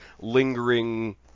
lingering